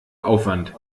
aufwand